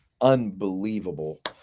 unbelievable